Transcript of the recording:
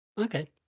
okay